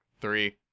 three